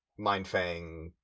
Mindfang